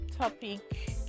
topic